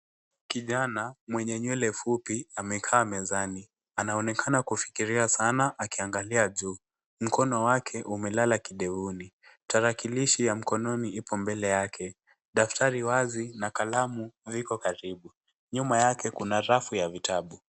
Kijana, mwenye nywele fupi, amekaa mezani. Anaonekana kufikiria sana, akiangalia juu. Mkono wake, umelala kidevuni. Tarakilishi ya mkononi ipo mbele yake. Daftari wazi na kalamu viko karibu. Nyuma yake kuna rafu ya vitabu.